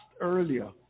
earlier